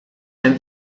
hemm